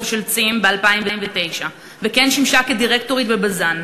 של "צים" ב-2009 וכן שימשה כדירקטורית ב"בזן".